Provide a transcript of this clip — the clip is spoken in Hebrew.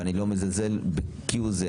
ואני לא מזלזל כהוא זה.